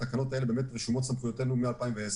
בתקנות האלה באמת רשומות סמכויותינו כבר מ-2010,